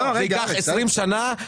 זה ייקח 20 שנים.